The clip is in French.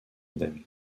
indemne